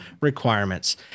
requirements